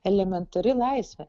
elementari laisvė